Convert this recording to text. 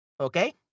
okay